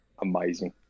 amazing